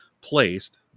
placed